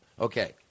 Okay